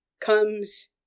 comes